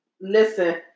listen